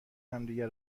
همدیگه